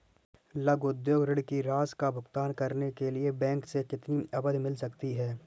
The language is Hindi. लघु उद्योग ऋण की राशि का भुगतान करने के लिए बैंक से कितनी अवधि मिल सकती है?